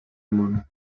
món